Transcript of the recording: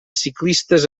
ciclistes